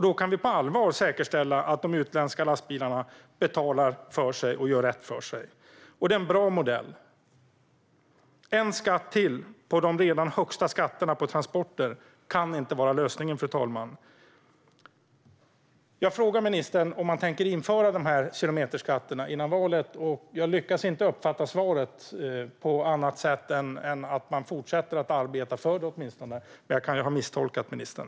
Då kan vi på allvar säkerställa att de utländska lastbilarna betalar för sig och gör rätt för sig. Det är en bra modell. En skatt till utöver de redan högsta skatterna på transporter kan inte vara lösningen, fru talman. Jag frågade ministern om man tänker införa de här kilometerskatterna före valet. Jag lyckades inte uppfatta svaret på annat sätt än att man åtminstone fortsätter att arbeta för det. Men jag kan ha misstolkat ministern.